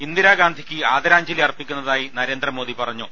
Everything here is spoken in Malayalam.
ഇന്ദിരാഗാന്ധിയ്ക്ക് ആദരാഞ്ജലി അർപ്പിക്കുന്നതായി നരേന്ദ്രമോദി പറഞ്ഞു